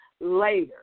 later